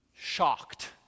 shocked